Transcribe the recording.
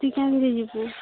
ତୁ କେନ୍ତି ଯିବୁ